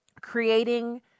creating